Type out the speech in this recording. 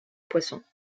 poissons